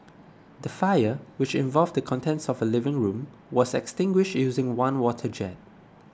the fire which involved the contents of a living room was extinguished using one water jet